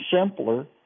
simpler